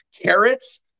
Carrots